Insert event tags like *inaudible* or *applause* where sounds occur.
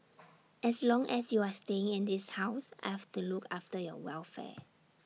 *noise* as long as you are staying in this house I have to look after your welfare